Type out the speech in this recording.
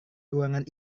ruangan